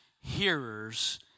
hearers